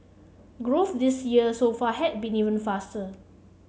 growth this year so far had been even faster